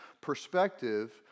perspective